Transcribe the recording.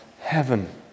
heaven